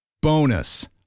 Bonus